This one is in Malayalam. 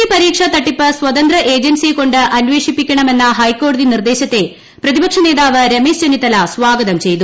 സി പരീക്ഷാ തട്ടിപ്പ് സ്വതന്ത്ര ഏജൻസിയെക്കൊണ്ട് അന്വേഷിപ്പിക്കണമെന്ന ഹൈക്കോടതി നിർദ്ദേശത്തെ പ്രതിപക്ഷ നേതാവ് രമേശ് ചെന്നിത്തല സ്വാഗതം ചെയ്തു